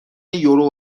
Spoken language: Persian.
یورو